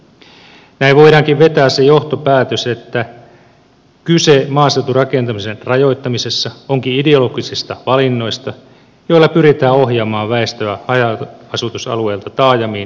näin voidaankin vetää se johtopäätös että kyse maaseuturakentamisen rajoittamisessa onkin ideologisista valinnoista joilla pyritään ohjaamaan väestöä haja asutusalueilta taajamiin ja kasvukeskuksiin